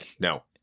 No